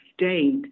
state